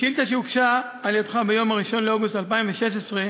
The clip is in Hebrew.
בשאילתה שהוגשה על-ידך ביום 1 באוגוסט 2016,